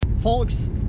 Folks